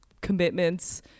commitments